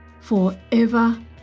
forever